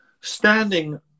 standing